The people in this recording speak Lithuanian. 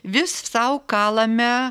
vis sau kalame